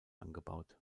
angebaut